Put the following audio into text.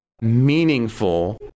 meaningful